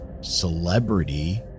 celebrity